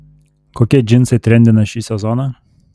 kokie džinsai trendina šį sezoną